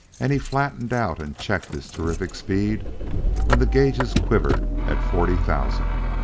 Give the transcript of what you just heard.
and he flattened out and checked his terrific speed when the gauges quivered at forty thousand.